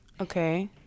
Okay